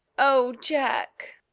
oh, jack,